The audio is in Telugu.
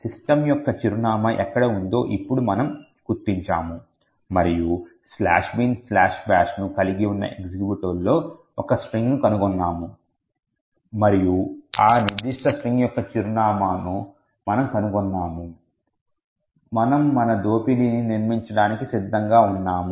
సిస్టమ్ యొక్క చిరునామా ఎక్కడ ఉందో ఇప్పుడు మనము గుర్తించాము మరియు binbashను కలిగి ఉన్న ఎక్జిక్యూటబుల్ లో ఒక స్ట్రింగ్ ను కనుగొన్నాము మరియు ఆ నిర్దిష్ట స్ట్రింగ్ యొక్క చిరునామాను మనము కనుగొన్నాము మనము మన దోపిడీని నిర్మించడానికి సిద్ధంగా ఉన్నాము